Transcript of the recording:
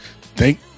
thank